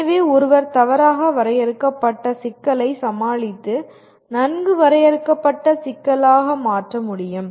எனவே ஒருவர் தவறாக வரையறுக்கப்பட்ட சிக்கலைச் சமாளித்து நன்கு வரையறுக்கப்பட்ட சிக்கலாக மாற்ற முடியும்